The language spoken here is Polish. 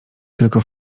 tylko